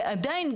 ועדיין,